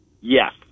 Yes